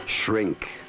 Shrink